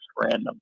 random